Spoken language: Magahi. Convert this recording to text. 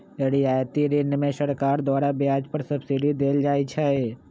रियायती ऋण में सरकार द्वारा ब्याज पर सब्सिडी देल जाइ छइ